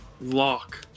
lock